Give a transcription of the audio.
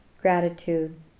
gratitude